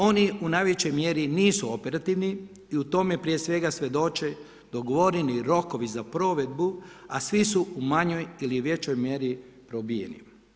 Oni u najvećoj mjeri nisu operativni i o tome prije svega svjedoče dogovoreni rokovi za provedbu, a svi su u manjoj ili većoj mjeri probijeni.